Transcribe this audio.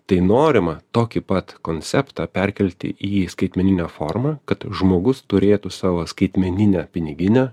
tai norimą tokį pat konceptą perkelti į skaitmeninę formą kad žmogus turėtų savo skaitmeninę piniginę